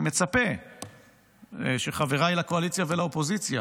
אני מצפה שחבריי לקואליציה ולאופוזיציה